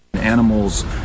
animals